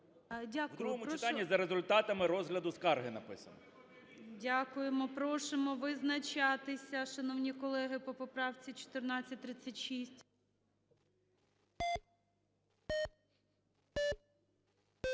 В другому читанні "за результатами розгляду скарги" написано. ГОЛОВУЮЧИЙ. Дякуємо. Просимо визначатися, шановні колеги, по поправці 1436.